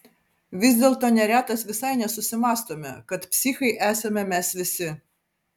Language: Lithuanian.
vis dėlto neretas visai nesusimąstome kad psichai esame mes visi